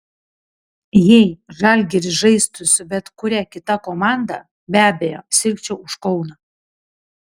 jei žalgiris žaistų su bet kuria kita komanda be abejo sirgčiau už kauną